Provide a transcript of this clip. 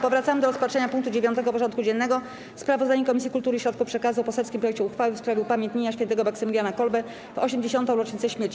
Powracamy do rozpatrzenia punktu 9. porządku dziennego: Sprawozdanie Komisji Kultury i Środków Przekazu o poselskim projekcie uchwały w sprawie upamiętnienia świętego Maksymiliana Kolbe w 80. rocznicę śmierci.